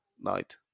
night